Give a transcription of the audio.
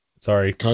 sorry